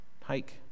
hike